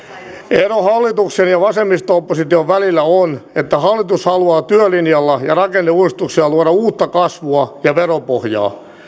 ero hallituksen ja vasemmisto opposition välillä on että hallitus haluaa työlinjalla ja rakenneuudistuksilla luoda uutta kasvua ja veropohjaa